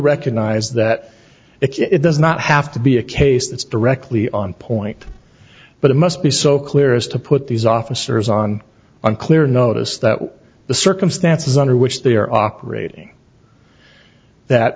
recognize that it does not have to be a case that's directly on point but it must be so clear as to put these officers on on clear notice that the circumstances under which they are operating that